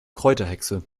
kräuterhexe